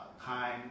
time